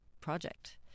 project